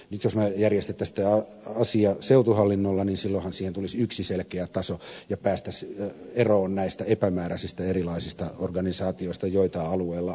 nyt jos me järjestäisimme tämän asian seutuhallinnolla silloinhan siihen tulisi yksi selkeä taso ja päästäisiin eroon näistä epämääräisistä erilaisista organisaatioista joita alueella on